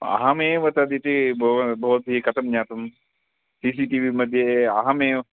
अहमेव तदिति बव भवती कथं ज्ञातं सि सि टि विमध्ये अहमेव